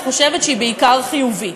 שאני חושבת שהיא בעיקר חיובית.